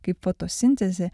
kaip fotosintezė